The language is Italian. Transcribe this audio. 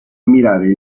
ammirare